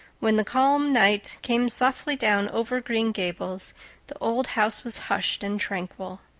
when the calm night came softly down over green gables the old house was hushed and tranquil.